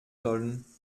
sollen